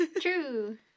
True